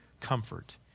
comfort